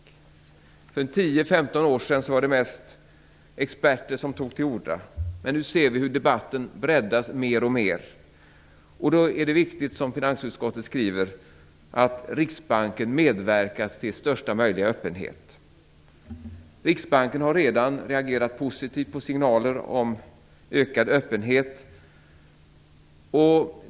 För ungefär tio femton år sedan var det mest experter som tog till orda. Men nu ser vi hur debatten breddas mer och mer. Då är det viktigt att, som finansutskottet skriver, Riksbanken medverkar till största möjliga öppenhet. Riksbanken har redan reagerat positivt på signaler om ökad öppenhet.